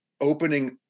opening